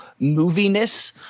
moviness